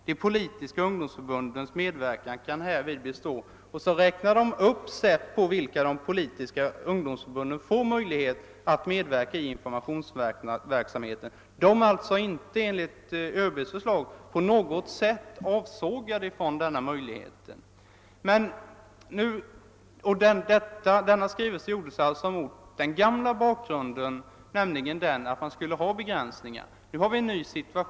De politiska ungdomsförbundens medverkan kan härvid bestå.» Därefter uppräknas olika sätt, på vilka de politiska ungdomsförbunden kan få möjlighet att delta i informationsverksamheten. ÖB:s förslag innebär alltså inte på något sätt att de skulle avsågas från denna möjlighet. Den nämnda skrivelsen utarbetades mot den gamla bakgrunden, dvs. under den förutsättningen att begränsningar i värnpliktsriksdagens kompetens skulle föreligga.